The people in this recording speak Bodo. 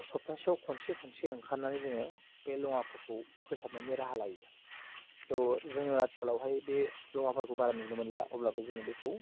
सप्तासेआव खनसे खनसे ओंखारनानै जोङो बे लङाफोरखौ फोसाबनायनि राहा लायो थ' जोङो आथिखालावहाय बे लङाफोरखौ बारा नुनो मोनला अब्लाबो जोङो बेखौ